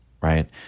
right